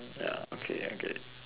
ya okay I get it